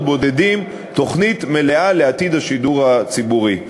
בודדים תוכנית מלאה לעתיד השידור הציבורי.